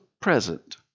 present